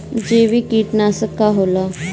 जैविक कीटनाशक का होला?